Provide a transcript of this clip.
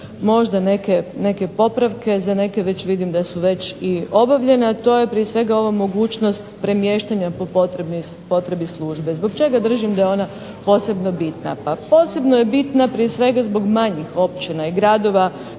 možda neke popravke, za neke vidim da su već i obavljeni, a to je prije svega ova mogućnost premještanja po potrebi službe. Zbog čega držim da je ona posebno bitna? Pa posebno je bitna prije svega zbog manjih općina i gradova.